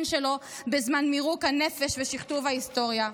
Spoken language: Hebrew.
שלו בזמן מירוק הנפש ושכתוב ההיסטוריה.